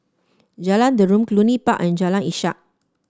Jalan Derum Cluny Park and Jalan Ishak